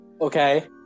Okay